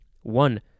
One